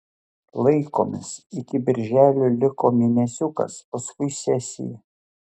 laikomės iki birželio liko mėnesiukas paskui sesija